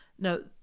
no